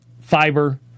fiber